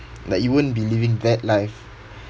that you won't be living that life